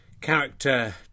character